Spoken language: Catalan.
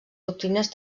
doctrines